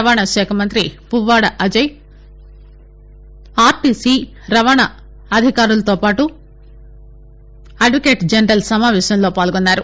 రవాణశాఖమంత్రి Puvvada Ajay RTC రవాణా అధికారులతోపాటుగా advocate general సమావేశంలో పాల్గొన్నారు